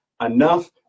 enough